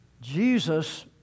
Jesus